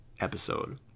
episode